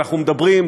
אנחנו מדברים,